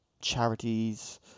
charities